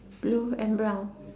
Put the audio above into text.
blue and brown